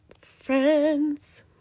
friends